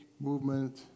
movement